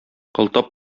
кылтап